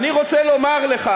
אני רוצה לומר לך,